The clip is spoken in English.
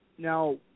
Now